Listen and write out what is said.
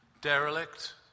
derelict